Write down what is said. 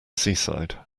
seaside